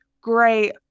great